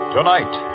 Tonight